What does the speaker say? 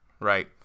right